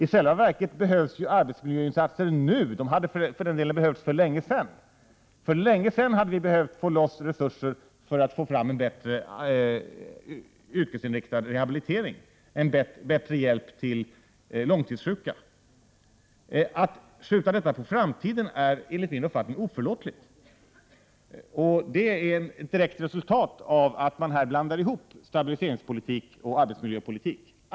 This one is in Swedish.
I själva verket behövs arbetsmiljöinsatserna nu. De hade för den delen behövts för länge sedan. För länge sedan hade vi behövt få loss resurser för att kunna få fram en bättre yrkesinriktad rehabilitering och en bättre hjälp till långtidssjuka. Att skjuta detta på framtiden är enligt min uppfattning oförlåtligt. Det är ett direkt resultat av att man här blandar ihop stabiliseringspolitik och arbetsmiljöpolitik.